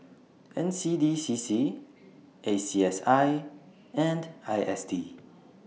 N C D C C A C S I and I S D